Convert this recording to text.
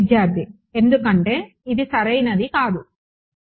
విద్యార్థి ఎందుకంటే ఇది సరైనది కాదు సమయం 1756 చూడండి